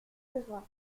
besoin